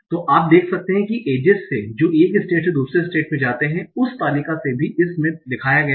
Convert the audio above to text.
तो आप देख सकते हैं कि एजेस से जो एक स्टेट से दूसरे स्टेट में जाते हैं उस तालिका से भी जो इस में दिखाया गया है